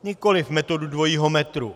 Nikoliv metodu dvojího metru.